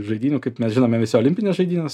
žaidynių kaip mes žinome visi olimpines žaidynes